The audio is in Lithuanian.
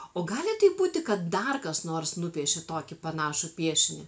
o gali taip būti kad dar kas nors nupiešė tokį panašų piešinį